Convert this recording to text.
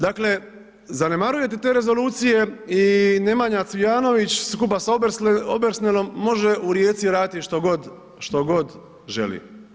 Dakle zanemarujete te rezolucije i Nemanja Cvijanović skupa sa Obersnelom može u Rijeci raditi što god želi.